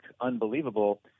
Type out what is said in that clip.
unbelievable